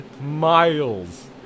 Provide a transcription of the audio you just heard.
miles